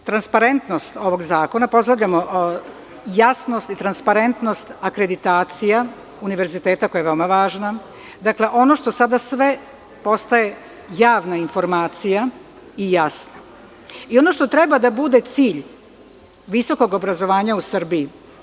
Pozdravljamo dosta transparentnost ovog zakona, pozdravljamo jasnost i transparentnost akreditacija univerziteta koja je veoma važna, ono što sada sve postaje javna informacija i jasna i ono što treba da bude cilj visokog obrazovanja u Srbiji.